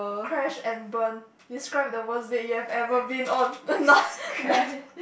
crash and burn describe the word that you have ever been on